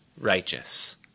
righteous